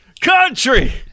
Country